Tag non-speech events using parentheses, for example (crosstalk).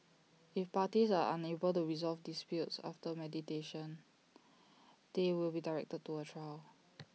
if parties are unable to resolve disputes after mediation (noise) they will be directed to A trial